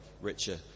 richer